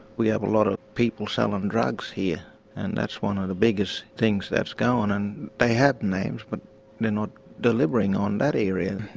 we have a lot of people selling drugs here and that's one of the biggest things that's going, and they have names but they are not delivering on that area.